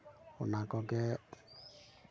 ᱚᱱᱟ ᱠᱚᱜᱮ